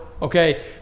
Okay